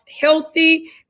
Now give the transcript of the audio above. healthy